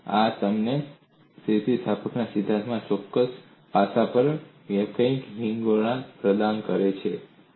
તેથી આ તમને સ્થિતિસ્થાપકતાના સિદ્ધાંતના ચોક્કસ પાસા પર વ્યાપક વિહંગાવલોકન પ્રદાન કરે છે